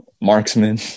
Marksman